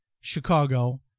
Chicago